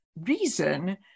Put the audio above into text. reason